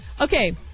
Okay